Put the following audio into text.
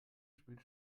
spielt